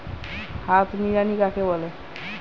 হাত নিড়ানি কাকে বলে?